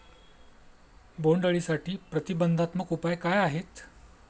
बोंडअळीसाठी प्रतिबंधात्मक उपाय काय आहेत?